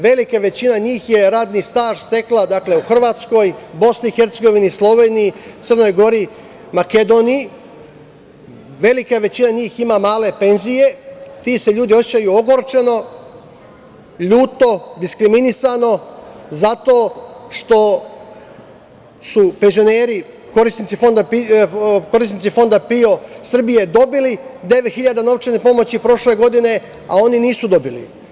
Velika većina njih je radni staž stekla u Hrvatskoj, BiH, Sloveniji, Crnoj Gori, Makedoniji, velika većina njih ima male penzije, ti se ljudi osećaju ogorčeno, ljuto, diskriminisano, zato što su penzioneri korisnici Fonda PIO Srbije dobili devet hiljada novčane pomoći prošle godine, a oni nisu dobili.